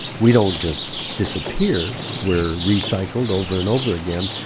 we don't just disappear. we're recycled over and over again.